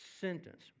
sentence